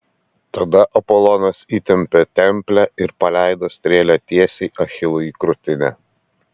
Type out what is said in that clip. tada apolonas įtempė templę ir paleido strėlę tiesiai achilui į krūtinę